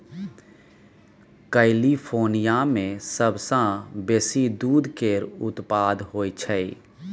California मे सबसँ बेसी दूध केर उत्पाद होई छै